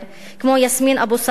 כמו יסמין אבו-סעלוק,